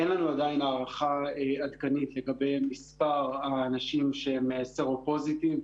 אין לנו עדיין הערכה עדכנית לגבי מספר אנשים שהם סרו-פוזיטיב,